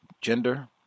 Gender